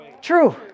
True